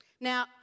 Now